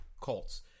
Colts